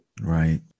Right